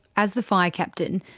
as the fire captain,